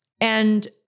And-